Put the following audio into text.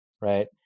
right